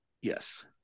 Yes